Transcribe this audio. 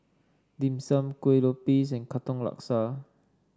Dim Sum Kueh Lopes and Katong Laksa